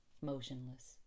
motionless